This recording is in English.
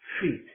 feet